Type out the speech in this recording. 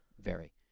vary